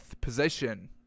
position